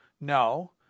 No